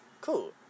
cool